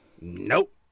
nope